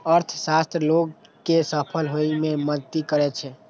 अर्थशास्त्र लोग कें सफल होइ मे मदति करै छै